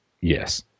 Yes